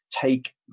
take